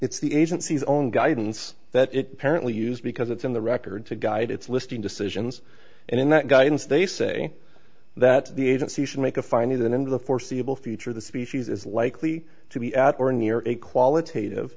it's the agency's own guidance that it parents use because it's in the record to guide its listing decisions and in that guidance they say that the agency should make a finding that in the foreseeable future the species is likely to be at or near a qualit